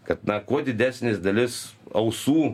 kad na kuo didesnis dalis ausų